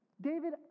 David